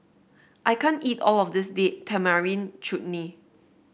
I can't eat all of this Date Tamarind Chutney